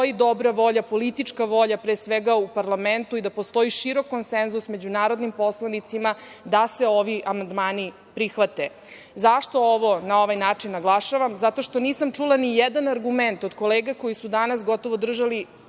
dobra volja, politička volja pre svega u parlamentu i da postoji široki konsenzus među narodnim poslanicima da se ovi amandmani prihvate.Zašto ovo na ovaj način naglašavam? Zato što nisam čula nijedan argument od kolega koji su danas gotovo držali